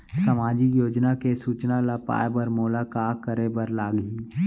सामाजिक योजना के सूचना ल पाए बर मोला का करे बर लागही?